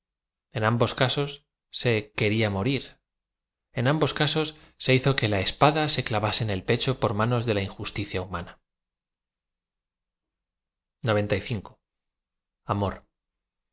en ambos casos se quería m orir cu ambos casos ae hizo que la espada se c la vase en el pccho por manos de la injusticia humana